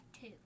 two